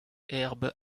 herbe